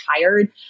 tired